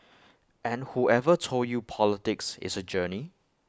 and whoever told you politics is A journey